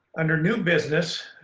under new business,